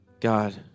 God